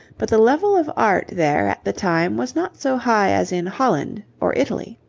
but the level of art there at the time was not so high as in holland or italy.